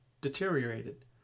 deteriorated